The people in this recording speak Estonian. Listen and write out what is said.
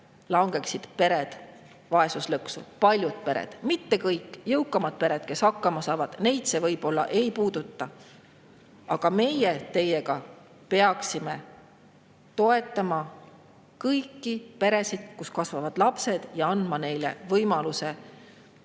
langeksid pered vaesuslõksu – paljud pered, mitte kõik. Jõukamaid peresid, kes hakkama saavad, see võib-olla ei puuduta, aga meie teiega peaksime toetama kõiki peresid, kus kasvavad lapsed, ja andma neile võimaluse